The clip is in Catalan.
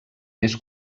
més